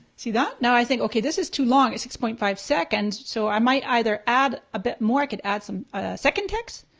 see that? now i think, okay, this is too long, long, it's six point five seconds. so i might either add a bit more, i could add some second text